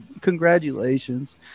congratulations